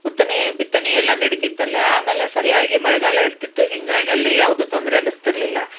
ಉತ್ತನೆ ಬಿತ್ತನೆ ಎಲ್ಲ ನಡಿತಿತ್ತಲ್ಲಿ ಆಮೇಲೆ ಸರಿಯಾಗಿ ಮಳೆಗಾಲ ಇರ್ತಿತ್ತು ಹೀಗಾಗಲ್ಲಿ ಯಾವುದೂ ತೊಂದರೆ ಅನಿಸ್ತಿರ್ಲಿಲ್ಲ